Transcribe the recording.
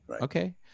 Okay